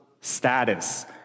status